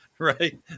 right